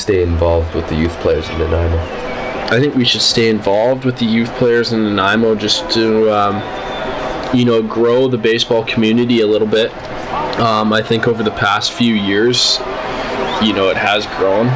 stay involved with the youth players and i think we should stay involved with the youth players and imo just to you know grohl the baseball community a little bit i think over the past few years you know it has grown